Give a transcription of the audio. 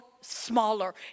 smaller